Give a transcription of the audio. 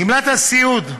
גמלת הסיעוד,